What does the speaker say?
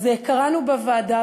אז קראנו בוועדה,